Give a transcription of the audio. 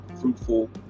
fruitful